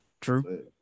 True